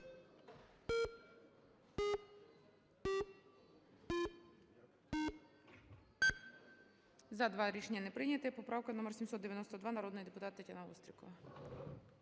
За-2 Рішення не прийнято. Поправка номер 792, народний депутат Тетяна Острікова.